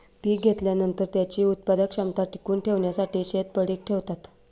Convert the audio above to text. पीक घेतल्यानंतर, त्याची उत्पादन क्षमता टिकवून ठेवण्यासाठी शेत पडीक ठेवतात